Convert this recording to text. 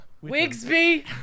Wigsby